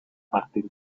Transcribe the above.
partir